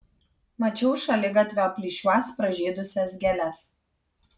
mačiau šaligatvio plyšiuos pražydusias gėles